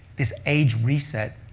this age reset,